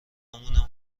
مونم